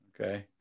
Okay